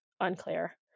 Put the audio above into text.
unclear